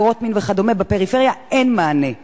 עבירות מין וכדומה בפריפריה אין מענה.